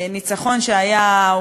ניצחון שהיה,